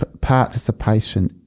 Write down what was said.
participation